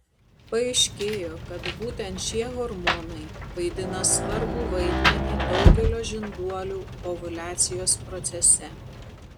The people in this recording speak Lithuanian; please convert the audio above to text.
paaiškėjo kad būtent šie hormonai vaidina svarbų vaidmenį daugelio žinduolių ovuliacijos procese